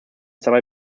dabei